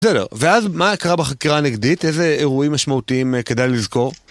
בסדר, ואז מה קרה בחקירה הנגדית? איזה אירועים משמעותיים כדאי לזכור?